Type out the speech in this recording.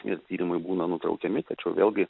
ir tyrimai būna nutraukiami tačiau vėlgi